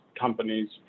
companies